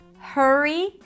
hurry